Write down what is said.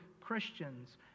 Christians